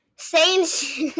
Saints